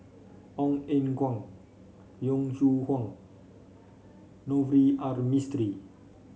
Ong Eng Guan Yong Shu Hoong Navroji R Mistri